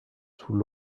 sous